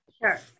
Sure